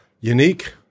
unique